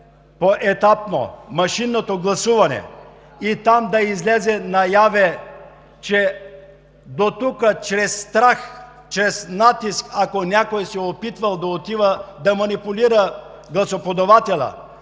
поетапно машинното гласуване и там излезе наяве, че дотук – чрез страх, чрез натиск, и ако някой се е опитвал да отива да манипулира гласоподавателя,